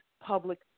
public